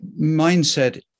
mindset